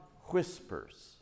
whispers